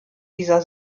dieser